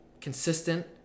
consistent